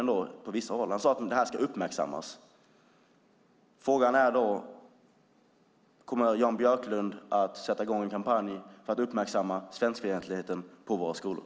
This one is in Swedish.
Han sade att detta ska uppmärksammas. Frågan är: Kommer Jan Björklund att sätta i gång en kampanj för att uppmärksamma svenskfientligheten på våra skolor?